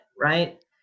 right